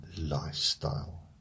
lifestyle